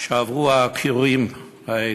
שעברו העקורים האלה,